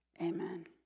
Amen